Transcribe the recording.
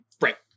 Right